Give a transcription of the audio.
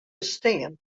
bestean